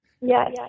Yes